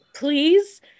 Please